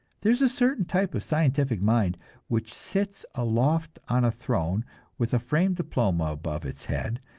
there is a certain type of scientific mind which sits aloft on a throne with a framed diploma above its head,